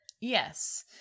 Yes